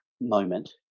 moment